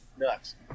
nuts